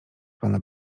pana